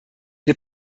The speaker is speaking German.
wir